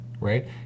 right